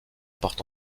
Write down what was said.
porte